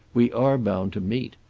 we are bound to meet.